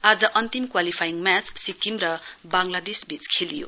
आज अन्तिम qualifying match Sikkim र वांगलादेशबीच खेलियो